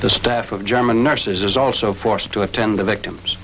the staff of german nurses is also forced to attend the victims